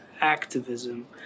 activism